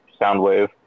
Soundwave